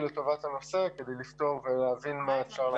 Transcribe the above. לטובת הנושא כדי לפתור ולהבין מה אפשר לעשות.